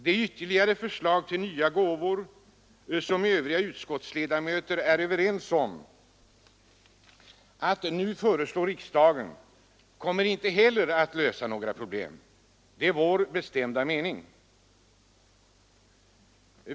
De ytterligare förslag till nya gåvor som övriga utskottsledamöter är överens om att nu föreslå riksdagen kommer heller inte att lösa några problem. Det är vår bestämda mening.